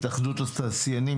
מהתאחדות התעשיינים?